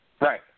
Right